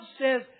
says